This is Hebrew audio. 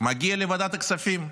מגיע לוועדת הכספים.